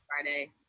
Friday